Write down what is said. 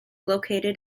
located